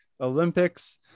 Olympics